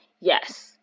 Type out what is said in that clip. yes